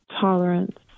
tolerance